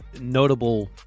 notable